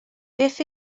beth